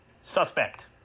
Suspect